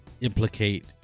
implicate